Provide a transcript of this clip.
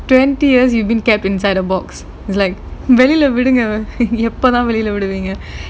twenty years you've been kept inside a box is like வெளிய விடுங்க எப்போ தான் வெளிய விடுவீங்க:veliya vidunga eppo thaan veliya viduveenga